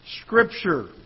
Scripture